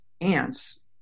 ants